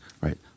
right